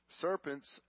Serpents